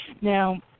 Now